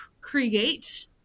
create